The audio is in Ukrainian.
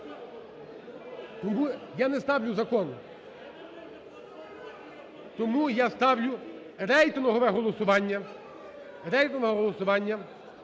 залі) Я не ставлю закон! Тому я ставлю рейтингове голосування…